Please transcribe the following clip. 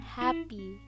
happy